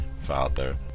father